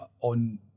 on